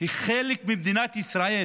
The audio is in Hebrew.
היא חלק ממדינת ישראל.